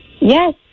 Yes